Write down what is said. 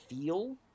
feel